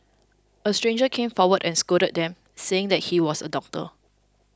a stranger came forward and scolded them saying that he was a doctor